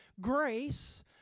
grace